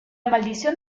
maldición